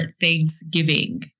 Thanksgiving